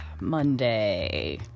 Monday